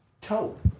toe